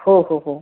हो हो हो